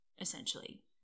essentially